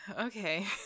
okay